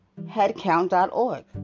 headcount.org